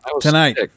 tonight